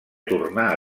tornar